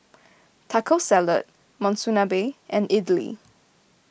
Taco Salad Monsunabe and Idili